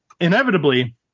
Inevitably